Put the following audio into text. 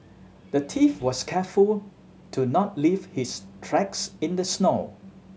the thief was careful to not leave his tracks in the snow